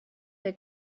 they